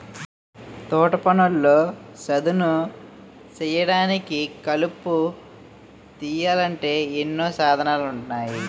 తోటపనుల్లో చదును సేయడానికి, కలుపు తీయాలంటే ఎన్నో సాధనాలున్నాయి